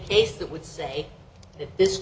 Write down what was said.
case that would say th